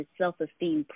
self-esteem